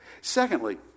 Secondly